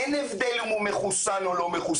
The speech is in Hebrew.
אין הבדל אם הוא מחוסן או לא מחוסן,